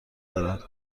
دارد